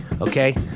okay